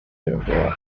thereafter